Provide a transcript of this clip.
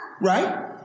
Right